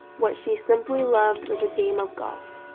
what she simply loved was a game of golf.